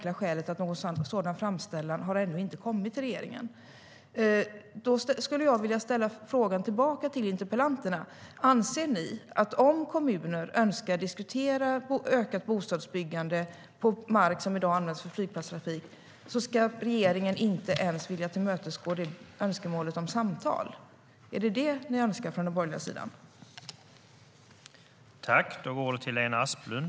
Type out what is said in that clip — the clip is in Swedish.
Jag skulle vilja ställa följande fråga till interpellanterna: Anser ni att regeringen, om kommuner önskar diskutera ett ökat bostadsbyggande på mark som i dag används för flygplatstrafik, inte ens ska tillmötesgå önskemålet om samtal? Är det detta den borgerliga sidan önskar?